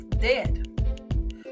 dead